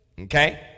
Okay